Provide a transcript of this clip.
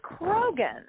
Krogan